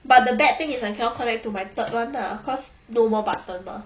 but the bad thing is I cannot connect to my third one lah cause no more button mah